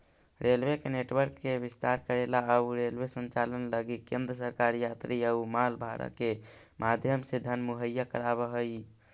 railway के network के विस्तार करेला अउ रेलवे संचालन लगी केंद्र सरकार यात्री अउ माल भाड़ा के माध्यम से धन मुहैया कराव हई